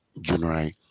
January